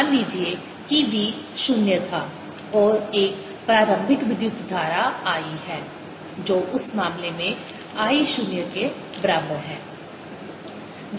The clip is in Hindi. मान लीजिए कि v शून्य था और एक प्रारंभिक विद्युत धारा I है जो उस मामले में I शून्य के बराबर है